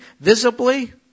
visibly